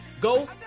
Go